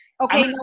Okay